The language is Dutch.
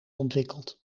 ontwikkeld